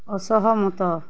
ଅସହମତ